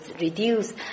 reduce